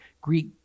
Greek